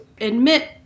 admit